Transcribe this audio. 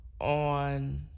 on